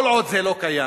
כל עוד זה לא קיים,